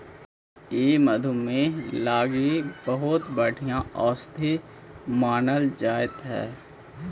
ई मधुमेह लागी बहुत बढ़ियाँ औषधि मानल जा हई